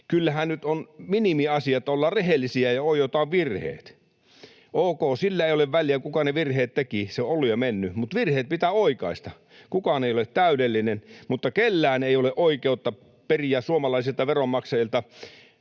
Kyllähän nyt on minimiasia, että ollaan rehellisiä ja oiotaan virheet. Ok, sillä ei ole väliä, kuka ne virheet teki, se on ollut ja mennyt, mutta virheet pitää oikaista. Kukaan ei ole täydellinen, mutta kellään ei ole oikeutta periä suomalaisilta veronmaksajilta,